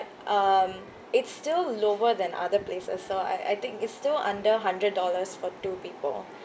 um it's still lower than other places so I I think it's still under hundred dollars for two people